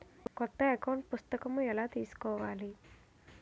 కొత్త అకౌంట్ పుస్తకము ఎలా తీసుకోవాలి?